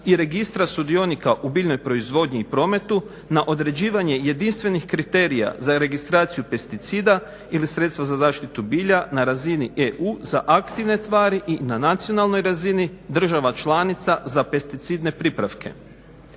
i registra sudionika u biljnoj proizvodnji i prometu na određivanje jedinstvenih kriterija za registraciju pesticida ili sredstva za zaštitu bilja na razini EU za aktivne tvari i na nacionalnoj razini država članica za pesticidne pripravke.